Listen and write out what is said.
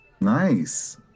Nice